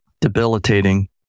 debilitating